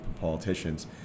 politicians